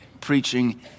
preaching